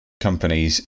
companies